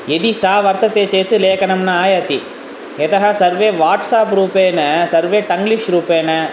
यदि सा वर्तते चेत् लेखनं न आयाति यतः सर्वे वाट्साप् रूपेण सर्वे टङ्ग्लिश् रूपेण